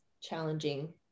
challenging